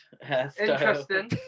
Interesting